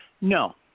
No